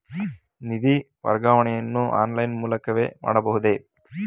ನಿಧಿ ವರ್ಗಾವಣೆಯನ್ನು ಆನ್ಲೈನ್ ಮೂಲಕವೇ ಮಾಡಬಹುದೇ?